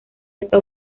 esta